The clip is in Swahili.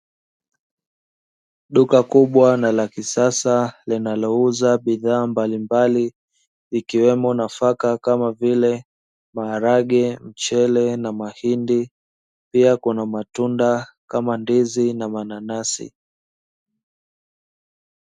Duka kubwa na la kisasa linalouza mbalimbali ikiwemo nafaka kama vile: njegere, maharage, mchele na mahindi pia kuna matunda kama ndizi na mananasi.